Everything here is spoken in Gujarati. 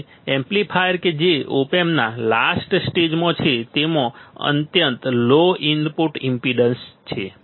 અને એમ્પ્લીફાયર કે જે ઓપ એમ્પના લાસ્ટ સ્ટેજમાં છે તેમાં અત્યંત લો ઇનપુટ ઈમ્પેડન્સ છે